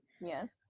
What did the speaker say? Yes